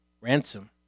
ransom